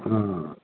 हांथ